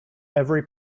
every